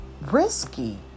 Risky